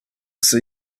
see